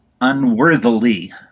unworthily